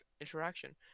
interaction